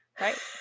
Right